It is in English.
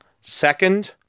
Second